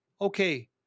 okay